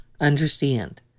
understand